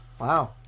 Wow